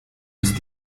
ist